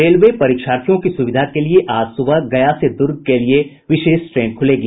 railway परीक्षार्थियों की सुविधा के लिए आज सुबह गया से दुर्ग के लिए विशेष ट्रेन खुलेगी